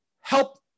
help